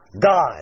God